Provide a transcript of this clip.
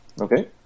Okay